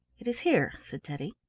it is here, said teddy.